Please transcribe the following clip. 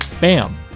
bam